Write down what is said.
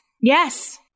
Yes